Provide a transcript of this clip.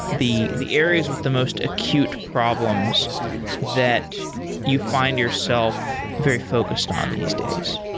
the the areas with the most acute problems that you find yourself very focused on these days?